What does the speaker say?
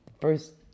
first